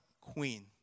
queen